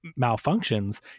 malfunctions